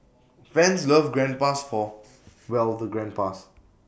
fans love grandpas for well the grandpas